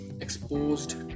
exposed